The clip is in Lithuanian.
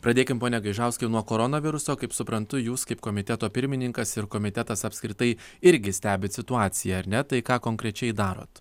pradėkim pone gaižauskai nuo koronaviruso kaip suprantu jūs kaip komiteto pirmininkas ir komitetas apskritai irgi stebit situaciją ar ne tai ką konkrečiai darot